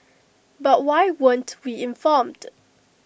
but why weren't we informed